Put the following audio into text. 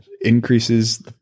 increases